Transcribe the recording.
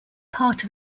part